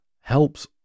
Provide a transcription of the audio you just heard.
helps